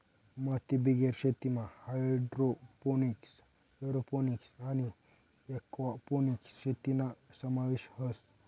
मातीबिगेर शेतीमा hydroponics, aeroponics आणि एक्वापोनिक्स शेतीना समावेश व्हस